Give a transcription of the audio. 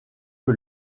que